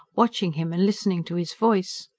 watching him and listening to his voice.